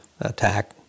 attack